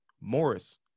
Morris